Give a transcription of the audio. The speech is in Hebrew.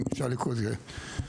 אם אפשר לקרוא לזה ככה.